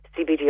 CBD